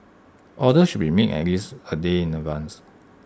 orders should be made at least A day in advance